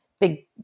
big